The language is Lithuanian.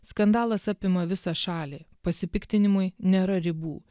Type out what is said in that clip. skandalas apima visą šalį pasipiktinimui nėra ribų